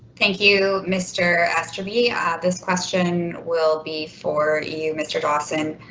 thank you mr. aster be ah this question will be for you mr dawson.